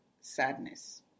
sadness